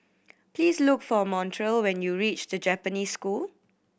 please look for Montrell when you reach The Japanese School